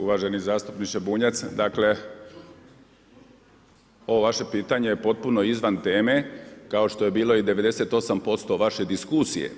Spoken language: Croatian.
Uvaženi zastupniče Bunjac, dakle ovo vaše pitanje je potpuno izvan teme kao što je bilo i 98% vaše diskusije.